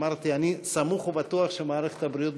אמרתי: אני סמוך ובטוח שמערכת הבריאות